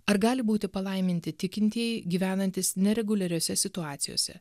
ar gali būti palaiminti tikintieji gyvenantys nereguliariose situacijose